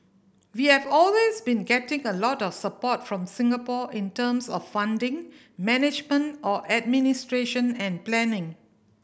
we have always been getting a lot of support from Singapore in terms of funding management or administration and planning